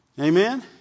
Amen